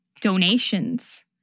donations